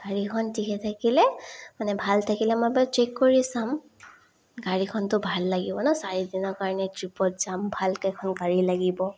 গাড়ীখন ঠিকে থাকিলে মানে ভাল থাকিলে মই এবাৰ চেক কৰি চাম গাড়ীখনতো ভাল লাগিব ন চাৰিদিনৰ কাৰণে ট্ৰিপত যাম ভালকৈ এখন গাড়ী লাগিব